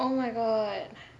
oh my god